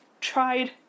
tried